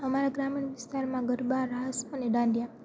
અમારા ગ્રામીણ વિસ્તારમાં ગરબા રાસ અને દાંડિયા